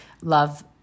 love